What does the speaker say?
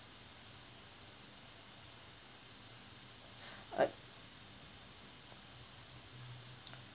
uh